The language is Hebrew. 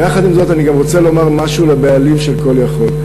יחד עם זאת אני גם רוצה לומר משהו לבעלים של "call יכול".